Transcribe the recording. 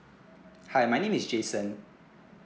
hi my name is jason